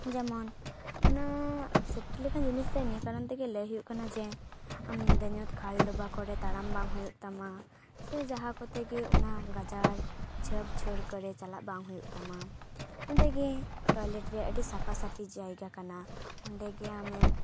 ᱡᱮᱢᱚᱱ ᱩᱱᱟᱹᱜ ᱥᱮᱯᱴᱤ ᱞᱮᱠᱟᱱ ᱡᱤᱱᱤᱥ ᱫᱚ ᱱᱤᱭᱟᱹ ᱠᱟᱨᱚᱱ ᱛᱮᱜᱮ ᱞᱟᱹᱭ ᱦᱩᱭᱩᱜ ᱠᱟᱱᱟ ᱡᱮ ᱟᱢ ᱧᱤᱫᱟᱹ ᱧᱩᱛ ᱠᱷᱟᱞ ᱰᱳᱵᱟ ᱠᱚᱨᱮ ᱛᱟᱲᱟᱢ ᱵᱟᱝ ᱦᱩᱭᱩᱜ ᱛᱟᱢᱟ ᱥᱮ ᱡᱟᱦᱟᱸ ᱠᱚᱛᱮ ᱜᱮ ᱚᱱᱟ ᱜᱟᱡᱟᱲ ᱡᱷᱟᱯᱼᱡᱷᱳᱲ ᱠᱚᱨᱮ ᱪᱟᱞᱟᱜ ᱵᱟᱝ ᱦᱩᱭᱩᱜ ᱛᱟᱢᱟ ᱚᱸᱰᱮ ᱜᱮ ᱴᱚᱭᱞᱮᱴ ᱨᱮ ᱟᱹᱰᱤ ᱥᱟᱯᱟᱹᱥᱟᱯᱤ ᱡᱟᱭᱜᱟ ᱠᱟᱱᱟ ᱚᱸᱰᱮᱜᱮ ᱟᱢᱮᱢ